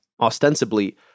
Ostensibly